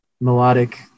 melodic